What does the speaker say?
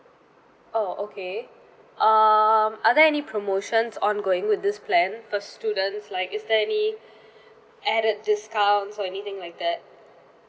oh okay um are there any promotions ongoing with this plan for students like is there any added discounts or anything like that